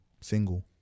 single